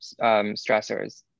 stressors